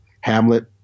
Hamlet